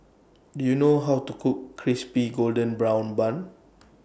Do YOU know How to Cook Crispy Golden Brown Bun